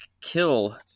kill